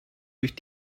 durch